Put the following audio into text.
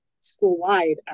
school-wide